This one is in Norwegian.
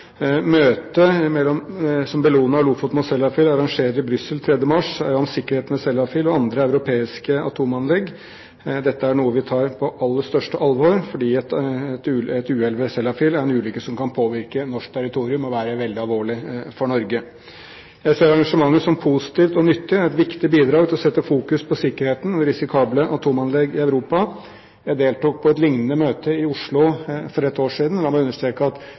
som Bellona og «Lofoten mot Sellafield» arrangerer i Brussel 3. mars, dreier seg om sikkerheten ved Sellafield og andre europeiske atomanlegg. Dette er noe vi tar på aller største alvor, fordi et uhell ved Sellafield vil være en ulykke som kan påvirke norsk territorium, og være veldig alvorlig for Norge. Jeg ser arrangementet som positivt og nyttig. Det er et viktig bidrag for å sette fokus på sikkerheten ved risikable atomanlegg i Europa. Jeg deltok på et liknende møte i Oslo for et år siden, og la meg understreke at